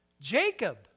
Jacob